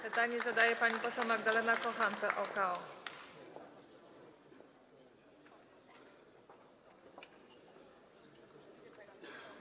Pytanie zadaje pani poseł Magdalena Kochan, PO-KO.